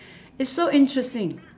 it's so interesting